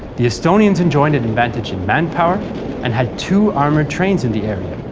the estonians enjoyed an advantage in manpower and had two armoured trains in the area,